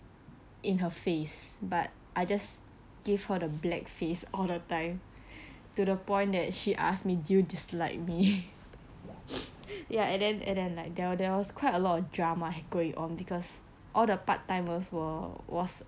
in her face but I just give her the black face all the time to the point that she asked me do you dislike me ya and then and then like there there was quite a lot of drama had going on because all the part-timers were was